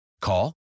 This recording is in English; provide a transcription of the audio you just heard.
Call